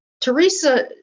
Teresa